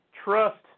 Trust